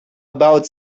about